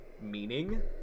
meaning